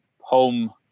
home